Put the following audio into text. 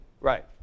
Right